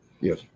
Yes